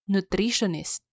Nutritionist